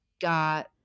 got